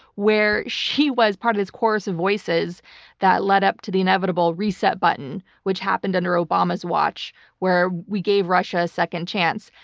where she was part of this chorus of voices that led up to the inevitable reset button which happened under obama's watch where we gave russia a second chance.